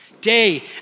day